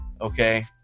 Okay